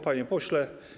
Panie Pośle!